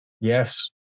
Yes